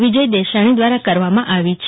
વિજય દેસાણી દ્વારા કરવામાં આવી છે